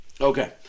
Okay